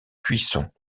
cuisson